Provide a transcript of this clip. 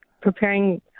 preparing